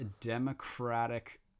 Democratic